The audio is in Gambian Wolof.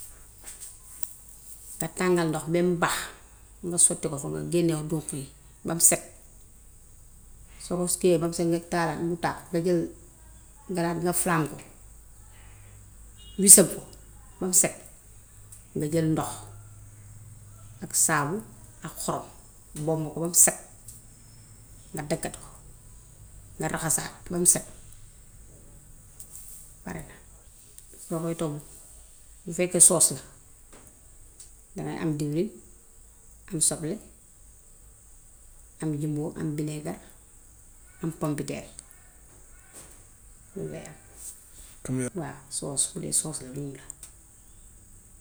Nga tàngal ndox bem bax, nga sotti ko fa ne génne dunq yi bam set. Soo ko kii yee bam set wecc nga taal mu tàkk nga jël, nga daad, nga flam ko, wisam ko bam set, nga jël ndox ak saabu ak xorom, bombu ko bam set, nga dagat ko, nga raxasaat bam set pare na. Soo koy toggu, bu fekkee soos daŋaay am diwlin, am soble, a jimboo, am bineegar, am pompiteer. Lool day am waaw soos bu dee soos la lii la.